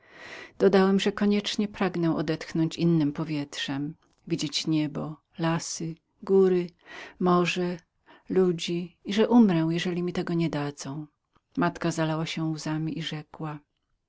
dodałem że koniecznie pragnę odetchnąć innem powietrzem widzieć niebo lasy góry morze ludzi i że muręumrę jeżeli mi tego nie dadzą moja matka zalała się łzami